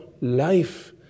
life